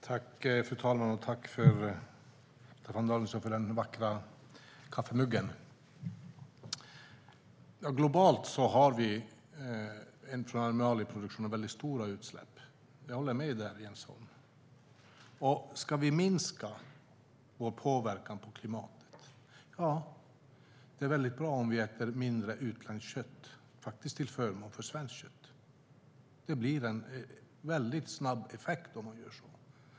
Fru talman! Tack, Staffan Danielsson, för den vackra kaffemuggen! Globalt har vi inom animalieproduktionen stora utsläpp. Jag håller med där, Jens Holm. Ska vi minska vår påverkan på klimatet är det bra om vi äter mindre utländskt kött, till förmån för svenskt kött. Det blir en snabb effekt om man gör så.